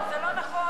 זה לא נכון.